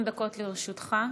20 דקות לרשותך.